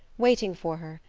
waiting for her,